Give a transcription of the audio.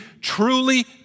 Truly